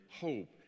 hope